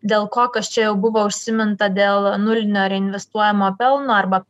dėl ko kas čia jau buvo užsiminta dėl nulinio reinvestuojamo pelno arba